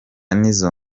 nizzo